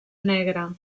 negre